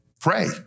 Pray